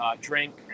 drink